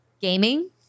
gaming